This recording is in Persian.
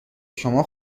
شما